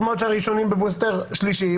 טוב מאוד שהראשונים בבוסטר שלישי,